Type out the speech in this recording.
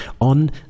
on